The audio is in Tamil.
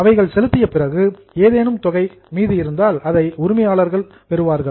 அவைகளை செலுத்திய பிறகு ஏதேனும் தொகை மீதி இருந்தால் அதை உரிமையாளர்கள் பெறுவார்கள்